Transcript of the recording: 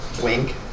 Wink